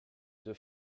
deux